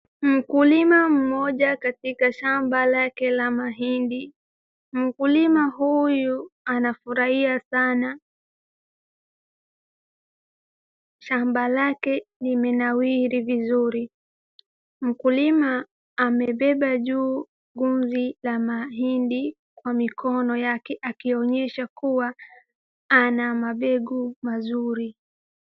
Mkulima mmoja katika shamba lake la mahindi. Mkulima huyu anafurahia sana. Shamba lake limenawiri vizuri. Mkulima amebeba juu ngozi la mahindi kwa mikono yake kuonyesha kuwa ana mabegu mazuri.